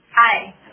Hi